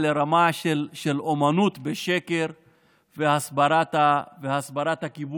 לרמה של אומנות של שקר והסברת הכיבוש,